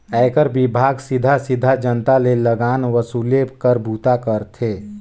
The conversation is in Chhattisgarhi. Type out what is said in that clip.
आयकर विभाग सीधा सीधा जनता ले लगान वसूले कर बूता करथे